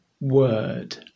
word